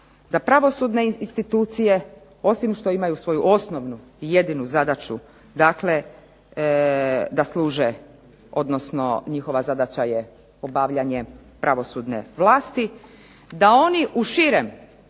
da pravosudne institucije osim što imaju svoju osnovnu i jedinu zadaću, dakle da služe, odnosno njihova zadaća je obavljanje pravosudne vlasti, da oni u širem